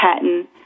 patent